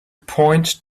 point